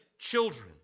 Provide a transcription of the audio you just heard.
Children